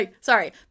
sorry